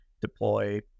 deploy